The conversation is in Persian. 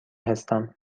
هستم